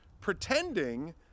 pretending